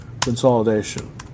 consolidation